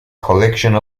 collections